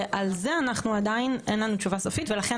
ועל זה אנחנו עדיין אין לנו תשובה סופית ולכן